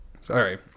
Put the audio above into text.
Sorry